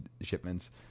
shipments